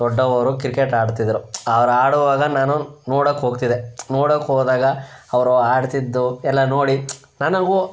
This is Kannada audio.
ದೊಡ್ಡವರು ಕ್ರಿಕೆಟ್ ಆಡ್ತಿದ್ದರು ಅವ್ರು ಆಡುವಾಗ ನಾನು ನೋಡಕೆ ಹೋಗ್ತಿದ್ದೆ ನೋಡೋಕೆ ಹೋದಾಗ ಅವರು ಆಡ್ತಿದ್ದು ಎಲ್ಲ ನೋಡಿ ನನಗೂ